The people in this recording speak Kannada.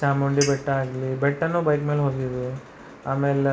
ಚಾಮುಂಡಿ ಬೆಟ್ಟ ಆಗಲಿ ಬೆಟ್ಟನೂ ಬೈಕ್ ಮೇಲೆ ಹೋಗಿದ್ದು ಆಮೇಲೆ